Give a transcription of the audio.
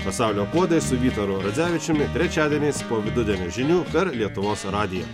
pasaulio puodai su vytaru radzevičiumi trečiadieniais po vidudienio žinių per lietuvos radiją